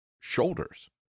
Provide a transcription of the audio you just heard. shoulders